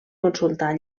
consultar